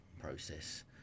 process